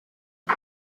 ibi